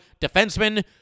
defenseman